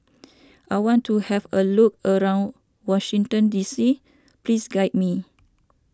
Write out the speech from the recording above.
I want to have a look around Washington D C please guide me